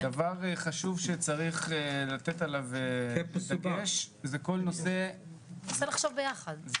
דבר חשוב שצריך לתת עליו את ההדגש זה כל נושא --- ננסה לחשוב ביחד,